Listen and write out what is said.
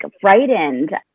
frightened